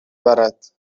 برد